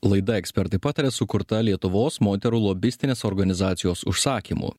laida ekspertai pataria sukurta lietuvos moterų lobistinės organizacijos užsakymu